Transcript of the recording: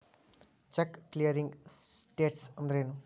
Check clearing status ಅಂದ್ರೇನು?